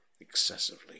excessively